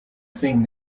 thing